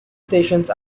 stations